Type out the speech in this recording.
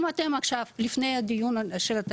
אני רוצה לומר שהדיון עלה גם בוועדת החינוך,